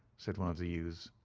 said one of the youths.